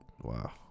Wow